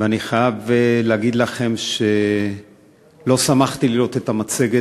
ואני חייב להגיד לכם שלא שמחתי לראות את המצגת,